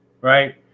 right